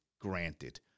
granted